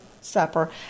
supper